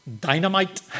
dynamite